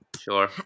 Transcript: Sure